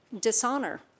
dishonor